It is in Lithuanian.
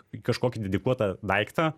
į kažkokį dedikuotą daiktą